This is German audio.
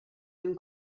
den